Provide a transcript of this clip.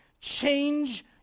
Change